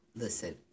listen